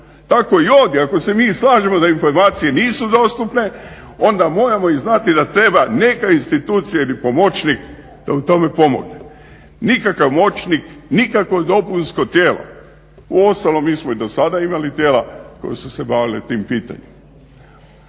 Tako i ovdje, ako se mi slažemo da informacije nisu dostupne onda moramo znati da treba neka institucija ili pomoćnik da u tome pomogne. Nikakav moćnik, nikakvo dopunsko tijelo. Uostalom mi smo i dosada imali tijela koja su se bavila tim pitanjima.